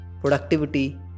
productivity